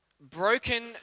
Broken